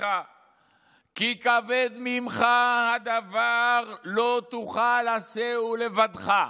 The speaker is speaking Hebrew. כי כָבֵד ממך הדבר לא תוכל עֲשֹׂהוּ לבדך".